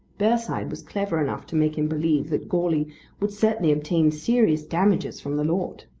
bearside was clever enough to make him believe that goarly would certainly obtain serious damages from the lord.